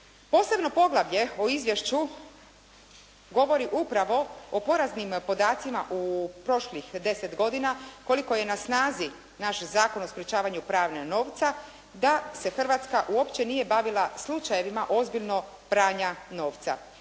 Posebno poglavlje u izvješću govori upravo o poraznim podacima u prošlih 10 godina koliko je na snazi naš Zakon o sprečavanju pranja novca, da se Hrvatska uopće nije bavila slučajevima ozbiljnog pranja novca.